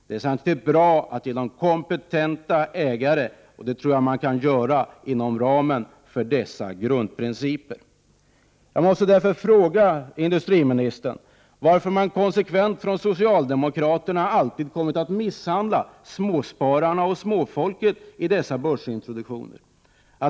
Samtidigt är det bra att ge företagen kompetenta ägare, och det tror jag man kan göra inom ramen för dessa grundprinciper. Jag måste därför fråga industriministern varför man konsekvent från socialdemokraterna alltid kommit att misshandla småspararna och småfolket vid dessa börsintroduktioner.